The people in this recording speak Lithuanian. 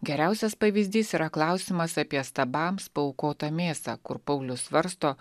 geriausias pavyzdys yra klausimas apie stabams paaukotą mėsą kur paulius svarsto